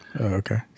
Okay